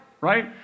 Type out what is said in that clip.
right